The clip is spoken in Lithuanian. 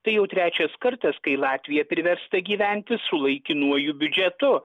tai jau trečias kartas kai latvija priversta gyventi su laikinuoju biudžetu